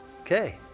Okay